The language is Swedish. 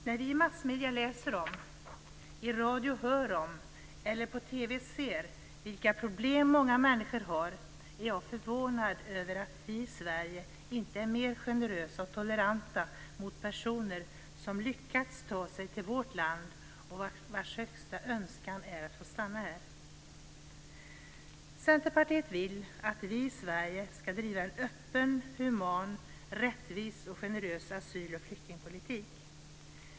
När vi i massmedier läser om, i radio hör om eller på TV ser vilka problem många människor har är jag förvånad över att vi i Sverige inte är mer generösa och toleranta mot personer som lyckats ta sig till vårt land och vars högsta önskan är att få stanna här. Centerpartiet vill att vi i Sverige ska driva en öppen, human, rättvis och generös asyl och flyktingpolitik.